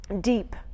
deep